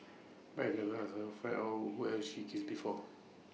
but I've never asked her find out who else she's kissed before